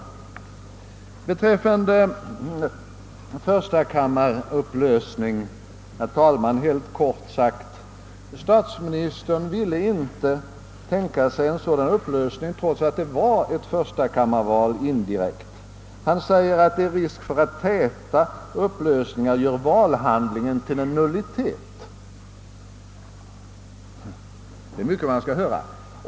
Vad beträffar förstakammarupplösningen, herr talman, ville statsministern inte tänka sig en sådan upplösning, trots att det indirekt var fråga om ett förstakammarval i år. Han säger att det är risk för att täta upplösningar gör valhandlingen till en nullitet. Det är mycket man skall höra!